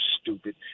stupid